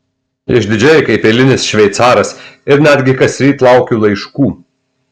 išdidžiai kaip eilinis šveicaras ir netgi kasryt laukiu laiškų